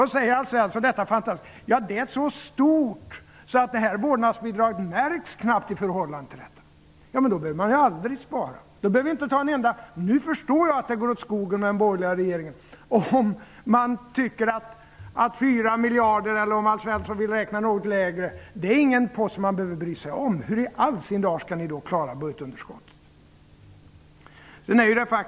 Men då säger Alf Svensson att underskottet är så stort att vårdnadsbidraget märks knappast i förhållandet till underskottet. Ja, då behöver vi aldrig spara. Jag förstår att det går åt skogen med den borgerliga regeringen om man tycker att 4 miljarder -- eller om Alf Svensson så vill något mindre -- inte är en post att bry sig om. Hur i all sin dar skall ni klara budgetunderskottet?